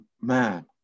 man